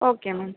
okay ma'am